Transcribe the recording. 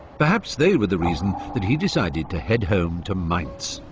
perhaps they were the reason that he decided to head home to mainz.